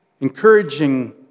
Encouraging